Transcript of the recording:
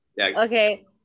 Okay